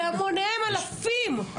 אלפים,